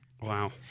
Wow